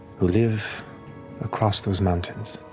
who live across those mountains,